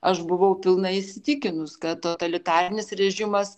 aš buvau pilnai įsitikinus kad totalitarinis režimas